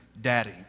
daddy